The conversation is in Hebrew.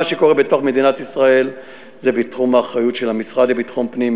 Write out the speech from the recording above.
מה שקורה בתוך מדינת ישראל זה בתחום האחריות של המשרד לביטחון פנים,